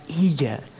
eager